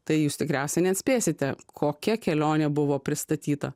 tai jūs tikriausiai neatspėsite kokia kelionė buvo pristatyta